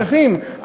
נתמכים,